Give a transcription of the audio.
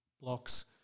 blocks